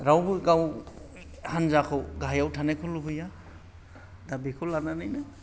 रावबो गाव हानजाखौ गाहायाव थानायखौ लुबैया दा बेखौ लानानैनो